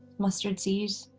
mustard seeds,